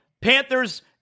Panthers